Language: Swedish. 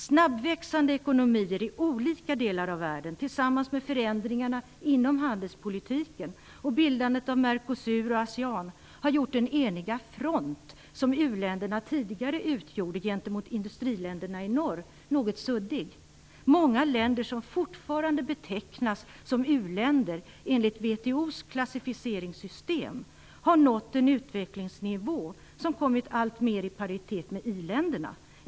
Snabbväxande ekonomier i olika delar av världen tillsammans med förändringarna inom handelspolitiken och bildandet av Mercosur och Asean har gjort den eniga front som u-länderna tidigare utgjorde gentemot industriländerna i norr något suddig. Många länder som fortfarande betecknas som uländer enligt WTO:s klassificeringssystem har nått en utvecklingsnivå som kommit alltmer i paritet med iländernas.